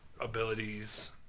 abilities